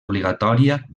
obligatòria